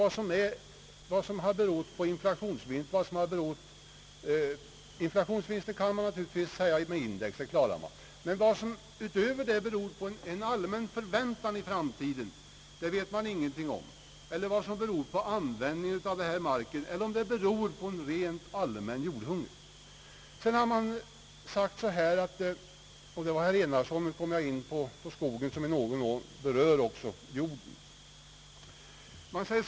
Det går inte att säga vad som beror på en allmän förväntan på framtiden eller på användningen av marken eller på rent allmän jordhunger. Herr Enarsson kom in på frågan om skogen, som berör också jorden.